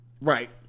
Right